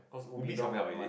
Ubi is coming up is it